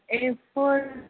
a four